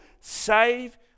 save